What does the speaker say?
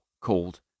called